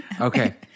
okay